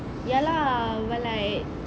ya lah but like